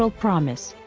so promise